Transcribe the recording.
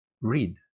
read